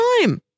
time